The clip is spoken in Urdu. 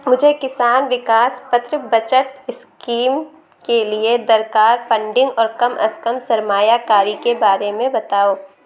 مجھے کسان وکاس پتر بچت اسکیم کے لیے درکار فنڈنگ اور کم از کم سرمایہ کاری کے بارے میں بتاؤ